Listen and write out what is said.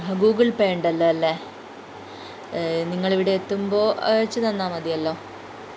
Google Pay ഉണ്ടല്ലോ അല്ലേ നിങ്ങൾ ഇവിടെ എത്തുമ്പോൾ അയച്ചുതന്നാൽ മതിയല്ലോ